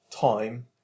time